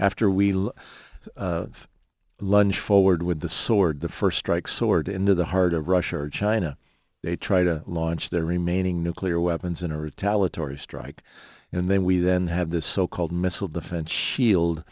after we lunge forward with the sword the first strike sword into the heart of russia or china they try to launch their remaining nuclear weapons in a retaliatory strike and then we then have this so called missile defense shield